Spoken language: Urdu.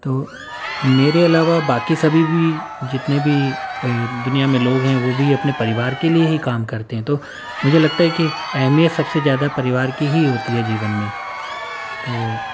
تو میرے علاوہ باقی سبھی بھی جتنے بھی دنیا میں لوگ ہیں وہ بھی اپنے پریوار کے لیے ہی کام کرتے ہیں تو مجھے لگتا ہے کہ اہمیت سب سے زیادہ پریوار کی ہی ہوتی ہے جیون میں تو